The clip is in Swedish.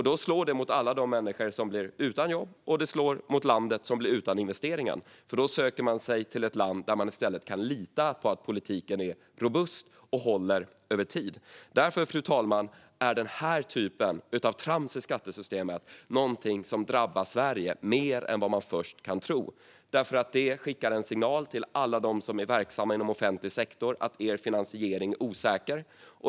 Då slår det mot alla de människor som blir utan jobb och mot landet som blir utan investeringar, för man söker sig i stället till ett land där man kan lita på att politiken är robust och håller över tid. Fru talman! Sådant trams i skattesystemet som detta är något som drabbar Sverige mer än vad man först kan tro. Det skickar en signal till alla dem som är verksamma inom offentlig sektor att deras finansiering är osäker.